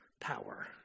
power